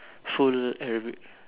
full Arabic